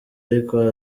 ariko